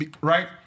right